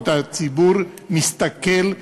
הציבור מסתכל.